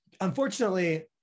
unfortunately